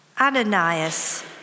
Ananias